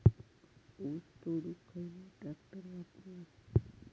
ऊस तोडुक खयलो ट्रॅक्टर वापरू?